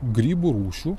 grybų rūšių